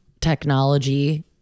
technology